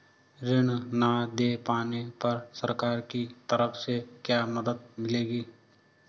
ऋण न दें पाने पर सरकार की तरफ से क्या मदद मिलेगी?